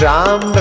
Ram